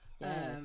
Yes